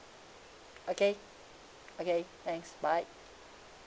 okay okay thanks bye